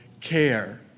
care